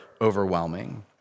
overwhelming